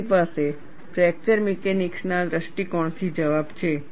તમારી પાસે ફ્રેકચર મિકેનિક્સના દૃષ્ટિકોણથી જવાબ છે